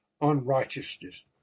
unrighteousness